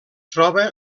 troba